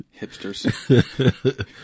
hipsters